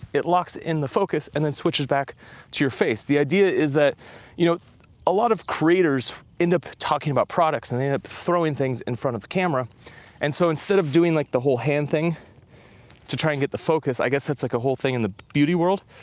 it locks in the focus, and then switches back to your face. the idea is that you know a lot of creators end up talking about products and they end up throwing things in front of the camera and so instead of doing like the whole hand thing to try and get the focus, i guess that's like a whole thing in the beauty world,